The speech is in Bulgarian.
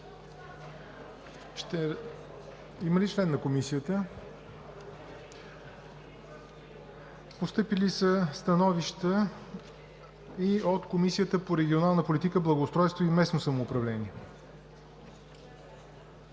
Има ли член на Комисията? Постъпили са становища и от Комисията по регионална политика, благоустройство и местно самоуправление.